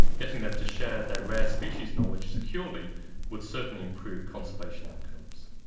getting them to share their rare species knowledge securely would certainly improve conservation outcomes.